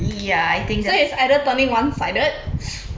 ya I think